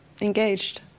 engaged